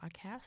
podcast